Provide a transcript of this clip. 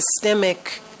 systemic